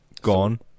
Gone